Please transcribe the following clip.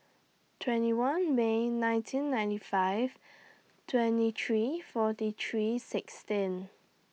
twenty one May nineteen ninety five twenty three forty three sixteen